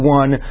one